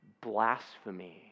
blasphemy